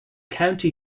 county